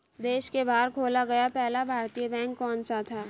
देश के बाहर खोला गया पहला भारतीय बैंक कौन सा था?